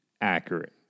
Accurate